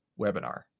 webinar